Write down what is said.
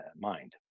mind